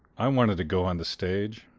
i wanted to go on the stage.